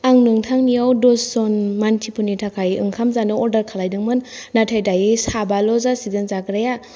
आं नोंथांनिआव दस जन मानसिफोरनि थाखाय ओंखाम जानो अर्डार खालायदोंमोन नाथाय दायो साबाल' जासिगोन जाग्राया